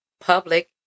public